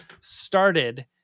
started